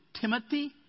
Timothy